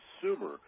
consumer